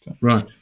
right